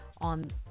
on